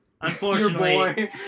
unfortunately